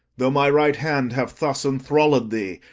though my right hand have thus enthralled thee,